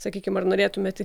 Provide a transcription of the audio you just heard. sakykim ar norėtumėt